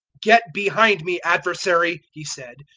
get behind me, adversary, he said,